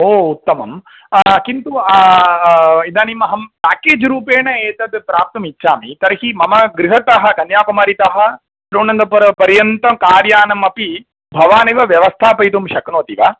ओ उत्तमं किन्तु इदानीमहं पेकेज् रूपेण एतद् प्राप्तुम् इच्छामि तर्हि मम गृहतः कन्याकुमारीतः तिरुवनन्तपुरपर्यन्तं कार्यानमपि भवानेव व्यवस्थापयितुं शक्नोति वा